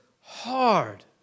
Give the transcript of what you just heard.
hard